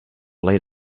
late